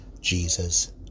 Jesus